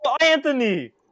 Anthony